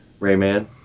Rayman